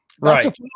Right